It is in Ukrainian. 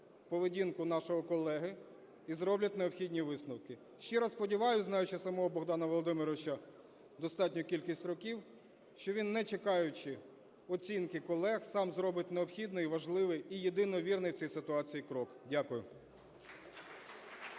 поведінку нашого колеги і зроблять необхідні висновки. Щиро сподіваюсь, знаючи самого Богдана Володимировича достатню кількість років, що він, не чекаючи оцінки колег, сам зробить необхідний і важливий, і єдиновірний в цій ситуації крок. Дякую.